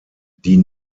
die